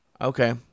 Okay